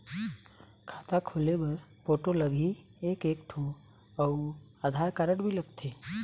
खाता खोले बर फोटो लगही एक एक ठो अउ आधार कारड भी लगथे?